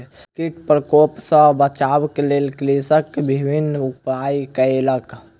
कीट प्रकोप सॅ बचाबक लेल कृषक विभिन्न उपाय कयलक